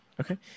okay